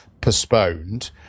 postponed